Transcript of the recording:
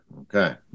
okay